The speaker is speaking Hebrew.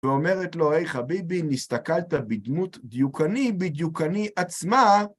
ואומרת לו, היי חביבי, נסתכלת בדמות דיוקני בדיוקני עצמה.